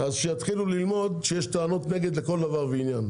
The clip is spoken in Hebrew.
שיתחילו ללמוד שיש טענות נגד לכל דבר ועניין,